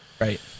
Right